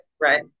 right